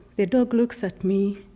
the dog looks at me,